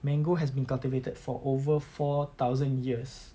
mango has been cultivated for over four thousand years